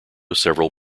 several